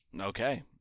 Okay